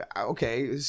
okay